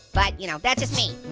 but, you know, that's just me. ooh,